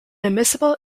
admissible